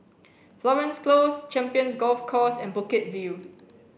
florence Close Champions Golf Course and Bukit View